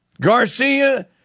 Garcia